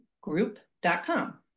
group.com